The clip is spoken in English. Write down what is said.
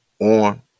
on